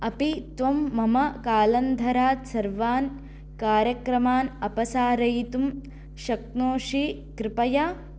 अपि त्वं मम कालन्धरात् सर्वान् कार्यक्रमान् अपसारयितुं शक्नोषि कृपया